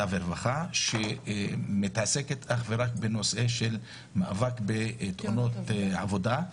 והרווחה שמתעסקת אך ורק בעניין המאבק בתאונות העבודה.